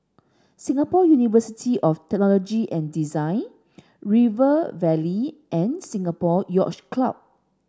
Singapore University of Technology and Design River Valley and Singapore Yacht Club